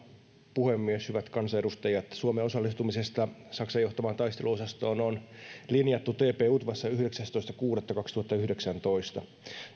puhemies hyvät kansanedustajat suomen osallistumisesta saksan johtamaan taisteluosastoon on linjattu tp utvassa yhdeksästoista kuudetta kaksituhattayhdeksäntoista